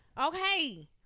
Okay